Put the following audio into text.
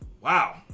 Wow